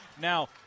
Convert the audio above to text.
Now